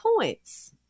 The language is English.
points